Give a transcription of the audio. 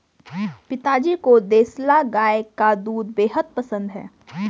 पिताजी को देसला गाय का दूध बेहद पसंद है